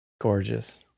Gorgeous